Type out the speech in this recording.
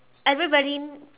everybody